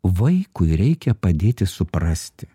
vaikui reikia padėti suprasti